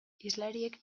hizlariek